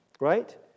Right